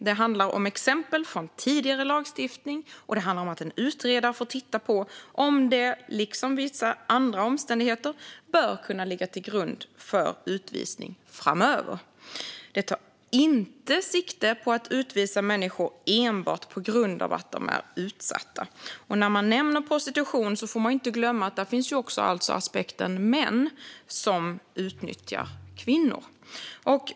Det handlar om exempel från tidigare lagstiftning, och det handlar om att en utredare får titta på om detta, liksom vissa andra omständigheter, bör kunna ligga till grund för utvisning framöver. Det tar inte sikte på att utvisa människor enbart på grund av att de är utsatta. När man nämner prostitution får man inte heller glömma att där också finns aspekten män som utnyttjar kvinnor.